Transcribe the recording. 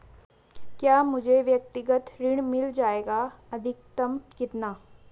क्या मुझे व्यक्तिगत ऋण मिल जायेगा अधिकतम कितना?